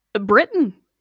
Britain